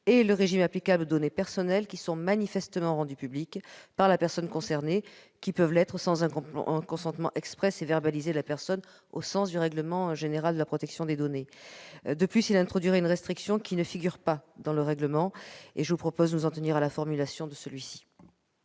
le régime applicable aux données personnelles qui sont « manifestement rendues publiques » par la personne concernée- elles peuvent l'être sans un consentement exprès et verbalisé de la personne au sens du règlement général sur la protection des données. De plus, le présent amendement introduirait une restriction qui ne figure pas dans le règlement ; je vous propose de nous en tenir à la formulation de celui-ci.